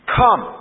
come